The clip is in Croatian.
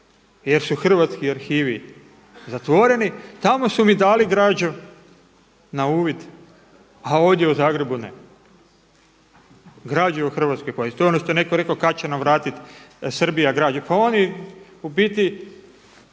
jer su hrvatski arhivi zatvoreni, tamo su mi dali građu na uvid, a ovdje u Zagrebu ne. Građu o hrvatskoj to je ono što je neko rekao kad će nam vratiti Srbija građu, pa oni u biti